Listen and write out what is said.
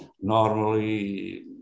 Normally